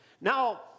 Now